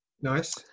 Nice